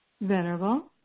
Venerable